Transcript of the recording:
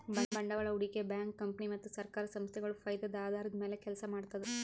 ಬಂಡವಾಳ್ ಹೂಡಿಕೆ bank company ಮತ್ತ್ ಸರ್ಕಾರ್ ಸಂಸ್ಥಾಗೊಳ್ ಫೈದದ್ದ್ ಆಧಾರದ್ದ್ ಮ್ಯಾಲ್ ಕೆಲಸ ಮಾಡ್ತದ್